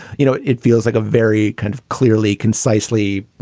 you know, it feels like a very kind of clearly, concisely,